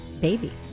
baby